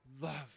love